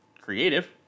creative